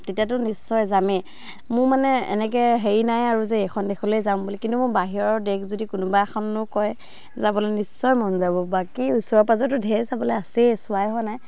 তেতিয়াতো নিশ্চয় যামেই মোৰ মানে এনেকৈ হেৰি নাই আৰু যে এইখন দেশলৈ যাম বুলি কিন্তু মোৰ বাহিৰৰ দেশ যদি কোনোবা এখনো কয় যাবলৈ নিশ্চয় মন যাব বাকী ওচৰ পাজৰতো ঢেৰ চাবলৈ আছেই চোৱাই হোৱা নাই